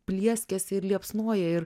plieskiasi ir liepsnoja ir